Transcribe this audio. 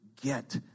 Get